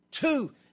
Two